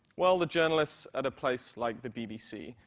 well, the journalists at a place like the bbc.